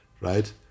right